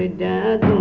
ah dead